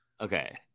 Okay